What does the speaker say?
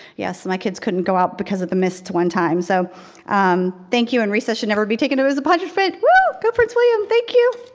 yes, and like kids can go out because of the messed one time. so um thank you, and recess should never be taken away as a punishment. go prince william, thank you.